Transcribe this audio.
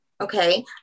Okay